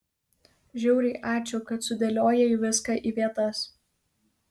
žiauriai ačiū kad sudėliojai viską į vietas